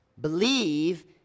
Believe